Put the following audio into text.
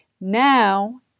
Now